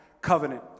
Covenant